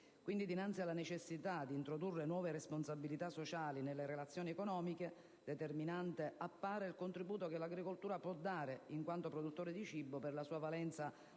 mondo. Dinanzi alla necessità di introdurre nuove responsabilità sociali nelle relazioni economiche, determinante appare il contributo che l'agricoltura può dare, in quanto produttore di cibo, per la sua valenza